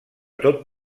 tot